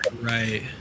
Right